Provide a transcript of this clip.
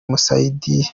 musayidire